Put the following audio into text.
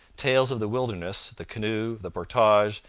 tales of the wilderness, the canoe, the portage,